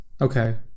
Okay